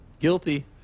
Guilty